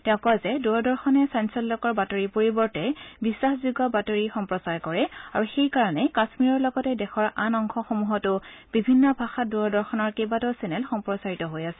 তেওঁ কয় যে দূৰদৰ্শনে চাঞ্চল্যকৰ বাতৰিৰ পৰিবৰ্তে বিশ্বাসযোগ্য বাতৰি প্ৰদান কৰে আৰু সেই কাৰণে কাশ্মীৰৰ লগতে দেশৰ আন অংশসমূহতো বিভিন্ন ভাষাত দূৰদৰ্শনৰ কেইবাটাও চেনেল সম্প্ৰচাৰিত হৈ আছে